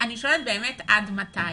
אני שואלת באמת, עד מתי?